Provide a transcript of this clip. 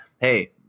hey